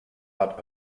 hat